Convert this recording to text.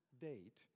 date